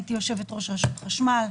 הייתי יושבת-ראש רשות חשמל,